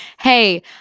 Hey